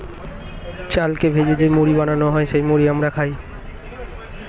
চালকে ভেজে যেই মুড়ি বানানো হয় সেটা আমরা খাই